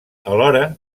alhora